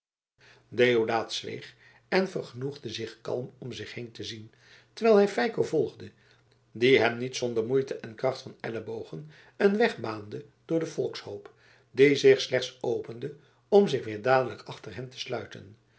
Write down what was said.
deodaat zweeg en vergenoegde zich kalm om zich heen te zien terwijl hij feiko volgde die hem niet zonder moeite en kracht van ellebogen een weg baande door den volkshoop die zich slechts opende om zich weer dadelijk achter hen te sluiten